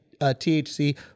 thc